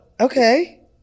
okay